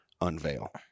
unveil